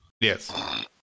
Yes